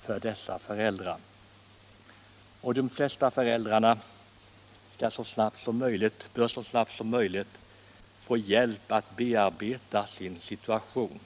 för föräldrarna. De flesta av föräldrarna bör så snabbt som möjligt få hjälp att bearbeta sin situation.